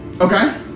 Okay